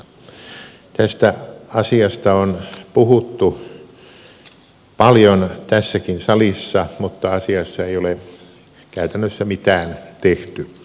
tästä asiasta on puhuttu paljon tässäkin salissa mutta asiassa ei ole käytännössä mitään tehty